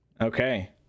okay